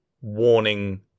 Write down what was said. warning